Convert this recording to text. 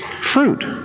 Fruit